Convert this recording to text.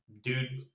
dude